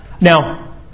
Now